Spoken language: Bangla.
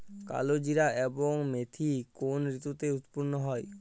কালোজিরা এবং মেথি কোন ঋতুতে উৎপন্ন হয়?